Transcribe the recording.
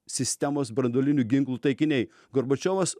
sistemos branduolinių ginklų taikiniai gorbačiovas